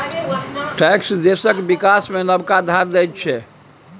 tax देशक बिकास मे नबका धार दैत छै